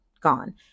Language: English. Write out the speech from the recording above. gone